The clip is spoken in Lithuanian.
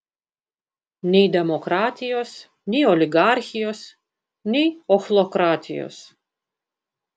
nei demokratijos nei oligarchijos nei ochlokratijos